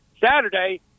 Saturday